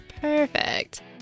Perfect